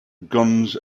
guns